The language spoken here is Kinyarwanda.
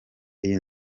iyi